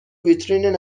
ویترین